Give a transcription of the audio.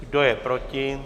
Kdo je proti?